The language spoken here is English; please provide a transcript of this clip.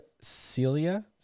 Celia